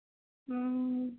اۭں